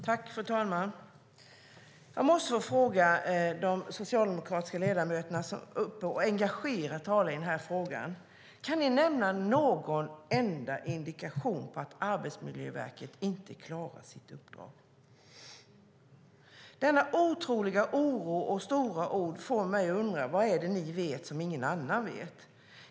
Fru talman! Jag måste få ställa en fråga till de socialdemokratiska ledamöter som engagerat talar i denna fråga. Kan ni nämna någon enda indikation på att Arbetsmiljöverket inte klarar sitt uppdrag? Denna otroliga oro och de stora orden får mig att undra vad det är ni vet som ingen annan vet.